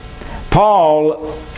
Paul